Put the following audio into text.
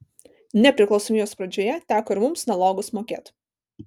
nepriklausomybės pradžioje teko ir mums nalogus mokėt